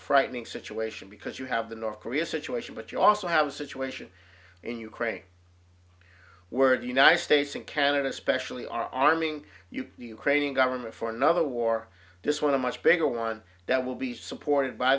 frightening situation because you have the north korea situation but you also have a situation in ukraine word the united states and canada especially are arming ukrainian government for another war this one a much bigger one that will be supported by